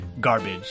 garbage